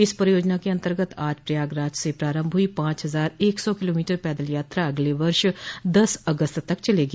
इस परियोजना के अन्तर्गत आज प्रयागराज से प्रारम्भ हुई पांच हजार एक सौ किलोमीटर पैदल यात्रा अगले वर्ष दस अगस्त तक चलेगी